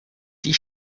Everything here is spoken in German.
die